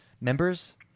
members